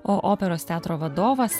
o operos teatro vadovas